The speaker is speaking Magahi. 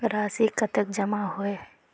राशि कतेक जमा होय है?